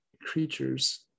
creatures